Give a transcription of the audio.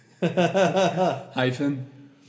Hyphen